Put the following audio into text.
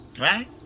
Right